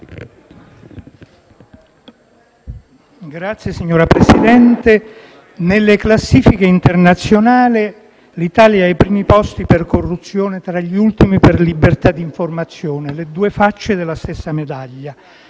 *(M5S)*. Signor Presidente, nelle classifiche internazionali l'Italia è ai primi posti per corruzione e tra gli ultimi per libertà d'informazione: due facce della stessa medaglia.